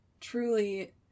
truly